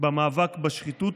במאבק בשחיתות,